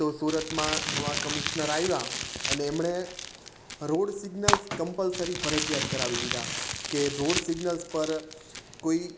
તો સુરતમાં નવા કમિશ્નર આવ્યા અને એમણે રોડ સિગ્નલ્સ કમ્પલસરી ફરજિયાત કરાવી દીધા કે રોડ સિગ્નલ્સ પર કોઈ